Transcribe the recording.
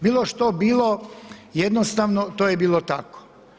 Bilo što bilo, jednostavno to je bilo tako.